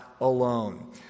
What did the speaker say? alone